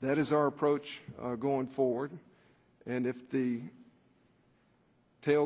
that is our approach going forward and if the tail